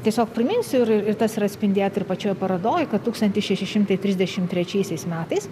tiesiog priminsiu ir ir tas yra atspindėta ir pačioj parodoj kad tūkstantis šeši šimtai trisdešim trečiaisiais metais